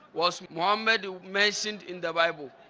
was muhammad mentioned in the bible?